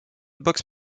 box